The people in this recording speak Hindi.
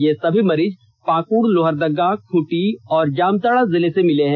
ये सभी मरीज पाकुड़ लोहरदगा खूंटी और जामताड़ा जिले से मिले है